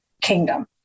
kingdom